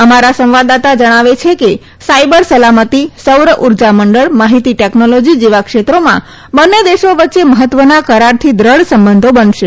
અમારા સંવદાદાતા જણાવે છે કે સાયબર સલામતિ સૌર ઉર્જા મંડળ માહિતી ટેકનોલોજી જેવા ક્ષેત્રોમાં બંને દેશો વચ્ચે મહત્વના કરારથી દ્રઢ સંબંધો બનશે